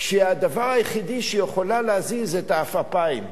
כשהדבר היחידי שהיא יכולה להזיז זה העפעפיים,